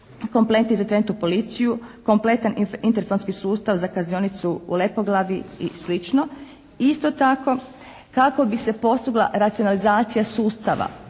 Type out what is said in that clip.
kompleti za interventnu policiju, kompletan interfonski sustav za kaznionicu u Lepoglavi i slično. Isto tako kako bi se postigla racionalizacija sustava,